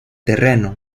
terreno